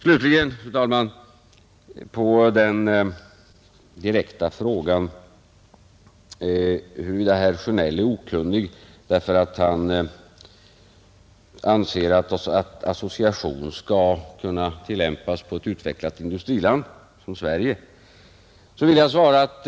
Slutligen, fru talman, vill jag på den direkta frågan, huruvida herr Sjönell är okunnig därför att han anser att association skall kunna tillämpas på ett utvecklat industriland som Sverige, svara: jag vet inte.